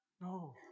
No